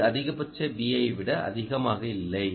இது அதிகபட்ச Vi ஐ விட அதிகமாக இல்லை